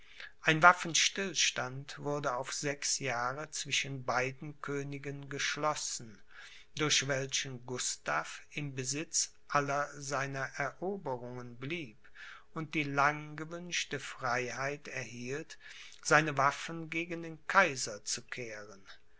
ein waffenstillstand wurde auf sechs jahre zwischen beiden königen geschlossen durch welchen gustav im besitz aller seiner eroberungen blieb und die lang gewünschte freiheit erhielt seine waffen gegen den kaiser zu kehren